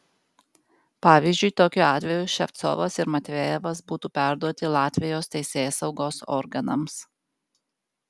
pavyzdžiui tokiu atveju ševcovas ir matvejevas būtų perduoti latvijos teisėsaugos organams